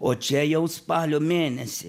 o čia jau spalio mėnesį